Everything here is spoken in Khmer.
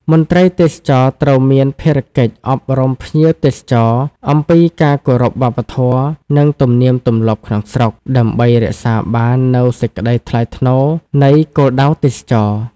មន្ត្រីទេសចរណ៍ត្រូវមានភារកិច្ចអប់រំភ្ញៀវទេសចរអំពីការគោរពវប្បធម៌ និងទំនៀមទម្លាប់ក្នុងស្រុក ដើម្បីរក្សាបាននូវសេចក្តីថ្លៃថ្នូរនៃគោលដៅទេសចរណ៍។